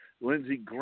Lindsey